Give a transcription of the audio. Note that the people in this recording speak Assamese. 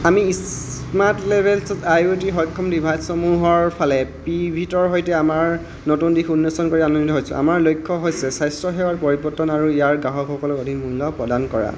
আমি স্মাৰ্টলেবেলছত আই ও টি সক্ষম ডিভাইচসমূহৰ ফালে এটা পিভিটৰ সৈতে আমাৰ নতুন দিশ উন্মোচন কৰি আনন্দিত হৈছোঁ আমাৰ লক্ষ্য হৈছে স্বাস্থ্যসেৱাৰ পৰিৱৰ্তন আৰু ইয়াৰ গ্ৰাহকসকলক অধিক মূল্য প্ৰদান কৰা